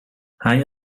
hij